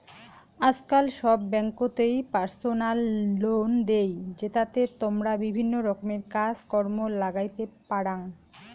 আজকাল সব ব্যাঙ্ককোতই পার্সোনাল লোন দেই, জেতাতে তমরা বিভিন্ন রকমের কাজ কর্ম লাগাইতে পারাং